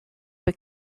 but